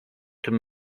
tym